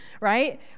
right